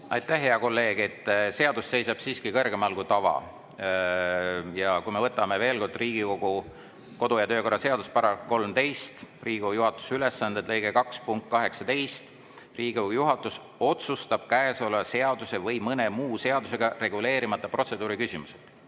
Aitäh, hea kolleeg! Seadus seisab siiski kõrgemal kui tava. Ja võtame veel kord ette Riigikogu kodu- ja töökorra seaduse § 13, "Riigikogu juhatuse ülesanded", lõige 2 punkt 18: Riigikogu juhatus "otsustab käesoleva seaduse või mõne muu seadusega reguleerimata protseduuriküsimused".